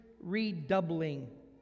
redoubling